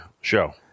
show